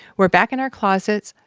we're back in our closets,